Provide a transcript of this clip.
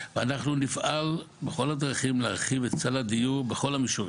אנחנו נפעל בכל הדרכים להרחיב את סל הדיור בכל המישורים.